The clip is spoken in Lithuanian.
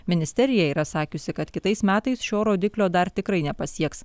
ministerija yra sakiusi kad kitais metais šio rodiklio dar tikrai nepasieks